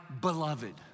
beloved